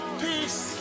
peace